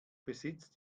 besitzt